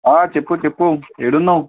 ఆ చెప్పు చెప్పు ఏడున్నావు